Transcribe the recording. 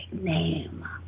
name